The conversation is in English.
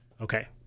Okay